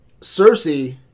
Cersei